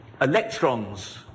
electrons